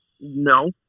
no